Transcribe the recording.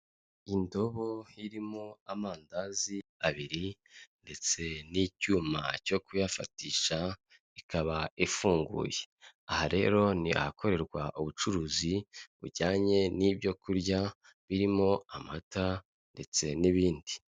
Indobo irimo amandazi abiri, ndetse n'icyuma cyo kuyafatisha, ikaba ifunguye, aha rero ni ahakorerwa ubucuruzi bujyanye n'ibyo kurya birimo amata ndetse n'ibindi.